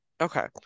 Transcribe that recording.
Okay